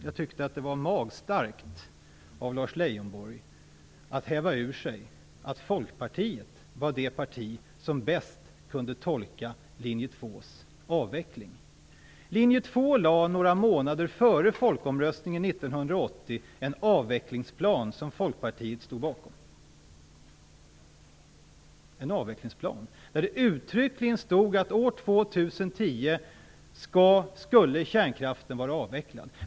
Jag tyckte att det var magstarkt av Lars Leijonborg att häva ur sig att Folkpartiet var det parti som bäst kunde tolka Linje 2:s åsikter om avveckling. Linje 2 lade några månader före folkomröstningen 1980 fram en avvecklingsplan som Folkpartiet stod bakom, där det uttryckligen stod att kärnkraften skulle vara avvecklad år 2010.